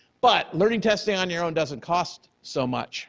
but, learning testing on your own doesn't cost so much